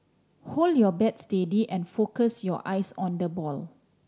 hold your bat steady and focus your eyes on the ball